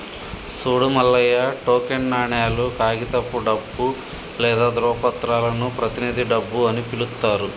సూడు మల్లయ్య టోకెన్ నాణేలు, కాగితపు డబ్బు లేదా ధ్రువపత్రాలను ప్రతినిధి డబ్బు అని పిలుత్తారు